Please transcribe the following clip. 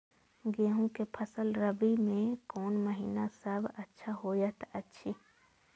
गेहूँ के फसल रबि मे कोन महिना सब अच्छा होयत अछि?